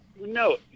No